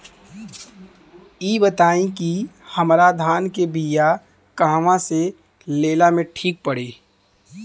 इ बताईं की हमरा धान के बिया कहवा से लेला मे ठीक पड़ी?